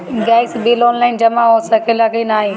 Gas bill online जमा हो सकेला का नाहीं?